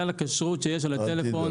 הכשרות שיש על הטלפון,